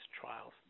trials